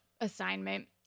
assignment